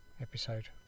episode